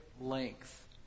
length